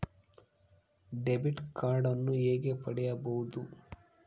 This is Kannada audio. ಡೆಬಿಟ್ ಕಾರ್ಡನ್ನು ಹೇಗೆ ಪಡಿಬೋದು?